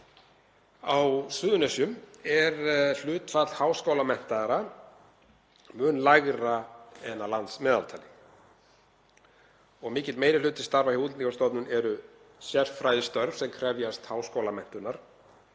Á Suðurnesjum er hlutfall háskólamenntaðra mun lægra en landsmeðaltal. Mikill meiri hluti starfa hjá Útlendingastofnun eru sérfræðistörf sem krefjast háskólamenntunar.